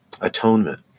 atonement